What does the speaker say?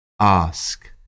Ask